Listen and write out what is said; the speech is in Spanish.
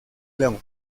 león